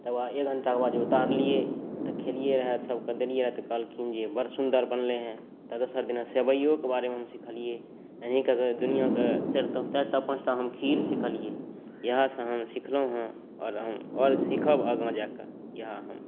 तकर बाद एक घन्टाक बाद जे उतारलियै तँ खेलियै रहय सबके देलिये रहय तँ कहलखिन जे बड़ सुन्दर बनलै हेँ त दोसर दिना सेबइयोके बारेमे हम सिखलियै एनाहि कऽ कए दुनियाके चारि तब चारिटा पांचटा खीर सिखलियै इएह सँ हम सिखलहुॅं हेँ आओर हम आओर सीखब हम आगाँ जा कए इएह हम